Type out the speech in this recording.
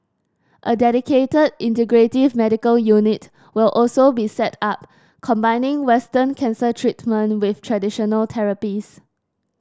a dedicated integrative medical unit will also be set up combining Western cancer treatment with traditional therapies